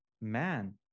man